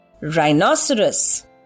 Rhinoceros